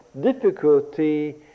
difficulty